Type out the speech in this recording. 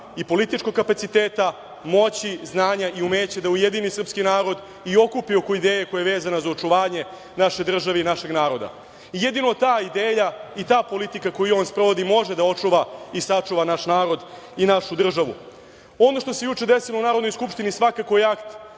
i političkog kapaciteta, moći, znanja i umeća da ujedini srpski narod i okupi oko ideje koja je vezana za očuvanje naše države i našeg naroda. I, jedino ta ideja i ta politika koju on sprovodi može da očuva i sačuva naš narod i našu državu. Ono što se juče desilo u Narodnoj skupštini svakako je akt